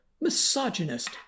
misogynist